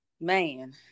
Man